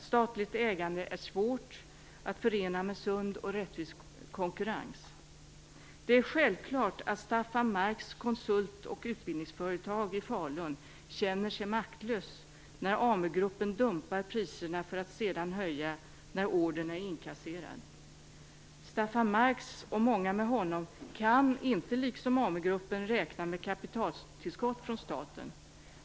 Statligt ägande är svårt att förena med en sund och rättvis konkurrens. Det är självklart att Staffan Marks konsult och utbildningsföretag i Falun känner sig maktlöst när Amu-gruppen dumpar priserna för att höja dem när ordern är inkasserad. Staffan Mark och många med honom kan inte liksom Amu-gruppen räkna med kapitaltillskott från staten.